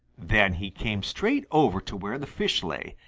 then he came straight over to where the fish lay,